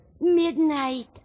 Midnight